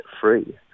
free